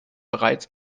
bereits